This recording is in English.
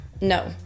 No